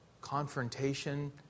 confrontation